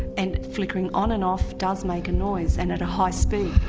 and flickering on and off does make a noise and at a high speed.